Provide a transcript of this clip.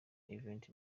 event